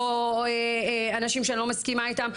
לא אנשים שאני לא מסכימה איתם,